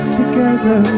together